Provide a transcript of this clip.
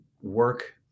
work